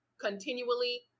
continually